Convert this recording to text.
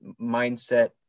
mindset